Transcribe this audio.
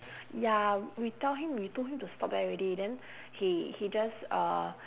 ya we tell him we told him to stop there already then he he just uh